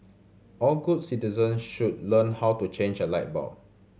all good citizen should learn how to change a light bulb